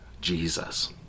Jesus